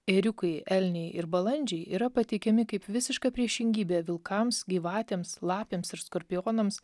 ėriukai elniai ir balandžiai yra pateikiami kaip visiška priešingybė vilkams gyvatėms lapėms ir skorpionams